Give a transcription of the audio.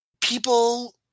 people